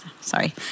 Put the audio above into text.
Sorry